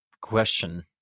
question